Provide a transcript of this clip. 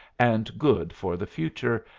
and good for the future,